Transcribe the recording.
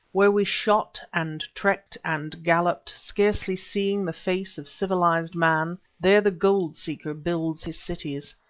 where we shot and trekked and galloped, scarcely seeing the face of civilized man, there the gold-seeker builds his cities.